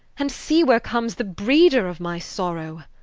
and see where comes the breeder of my sorrow.